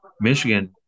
Michigan